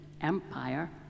empire